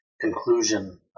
conclusion